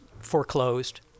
foreclosed